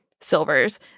silvers